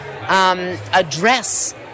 address